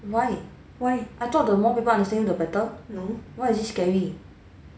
why why I thought the more people understand you the better why is it scary